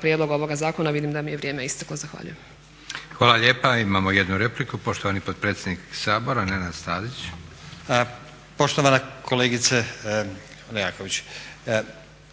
prijedloga ovoga zakona, vidim da mi je vrijeme isteklo. Zahvaljujem. **Leko, Josip (SDP)** Hvala lijepa. Imamo jednu repliku, poštovani potpredsjednik Sabora Nenad Stazić. **Stazić,